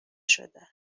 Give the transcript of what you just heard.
شده